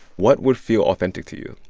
what would feel authentic to you?